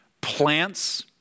plants